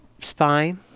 Spine